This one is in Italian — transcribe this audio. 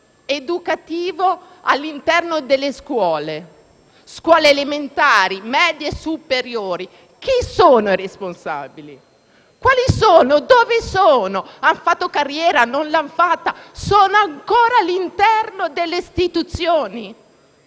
educativo all'interno delle scuole (elementari, medie e superiori)? Chi sono i responsabili? Quali sono e dove sono? Hanno fatto carriera, non l'hanno fatta? Sono ancora all'interno delle istituzioni?